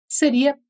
seria